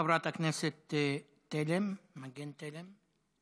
חברת הכנסת מגן תלם.